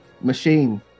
Machine